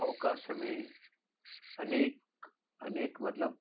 आकाश में अनेक अनेक मतिलबु